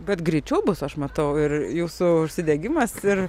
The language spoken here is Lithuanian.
bet greičiau bus aš matau ir jūsų užsidegimas ir